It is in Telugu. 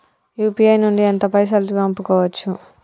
యూ.పీ.ఐ నుండి ఎంత పైసల్ పంపుకోవచ్చు?